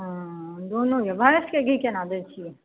हँऽ दुनू यए भैँसके घी केना दै छियै